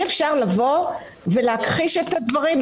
אי אפשר לבוא ולהכחיש את הדברים,